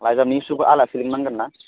लाइजामनि आलासि लिंनांगोन ना